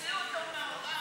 תוציאו אותו מהאולם.